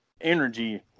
energy